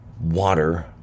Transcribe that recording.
water